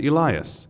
Elias